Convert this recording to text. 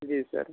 जी sir